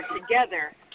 together